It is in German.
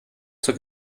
zur